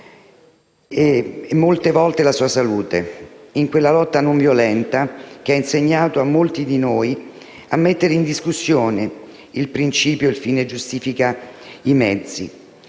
e molte volte la sua salute, in quella lotta non violenta che ha insegnato a molti di noi a mettere in discussione il principio che il fine giustifica i mezzi